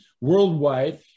Worldwide